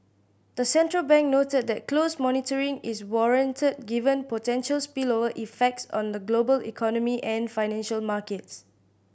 the central bank noted that close monitoring is warranted given potential spillover effects on the global economy and financial markets